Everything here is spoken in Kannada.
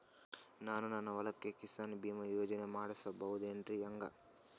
ನಾನು ನನ್ನ ಹೊಲಕ್ಕ ಕಿಸಾನ್ ಬೀಮಾ ಯೋಜನೆ ಮಾಡಸ ಬಹುದೇನರಿ ಹೆಂಗ?